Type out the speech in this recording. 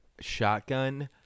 shotgun